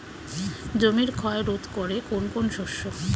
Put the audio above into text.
জমির ক্ষয় রোধ করে কোন কোন শস্য?